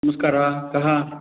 नमस्कारः कः